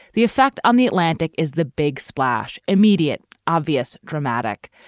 the effect on the atlantic is the big splash, immediate, obvious, dramatic.